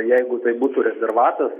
jeigu tai būtų rezervatas